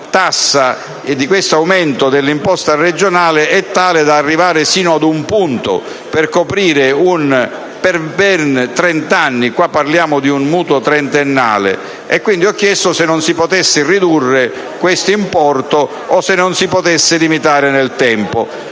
tassa e di questo aumento dell’imposta regionale siano tali da arrivare sino al punto di coprire ben 30 anni (perche´ qui parliamo di un mutuo trentennale). Ho dunque chiesto se non si potesse ridurre questo importo o se non si potesse limitarlo nel tempo.